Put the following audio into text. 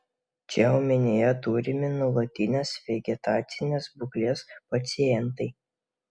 čia omenyje turimi nuolatinės vegetacinės būklės pacientai